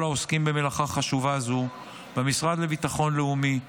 העוסקים במלאכה החשובה הזו במשרד לביטחון לאומי,